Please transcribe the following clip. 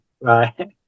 right